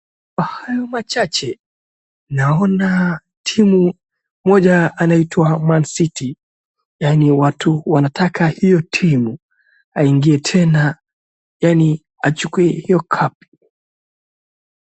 Kwa hayo machache, naona timu moja anaitwa Mancity yaani watu wanataka hiyo timu aingie tena yaani achukue hiyo cup .